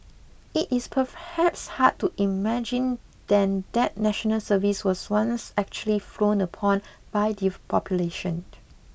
it is perhaps hard to imagine then that National Service was once actually frowned upon by the population